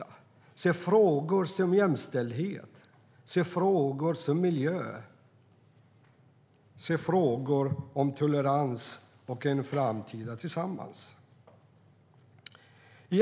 Man såg till frågor om jämställdhet, om miljö, om tolerans och om en framtid tillsammans.